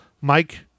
Mike